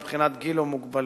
מבחינת גיל או מוגבלות,